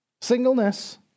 Singleness